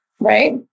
Right